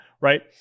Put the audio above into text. Right